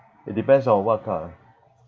it depends on what kind of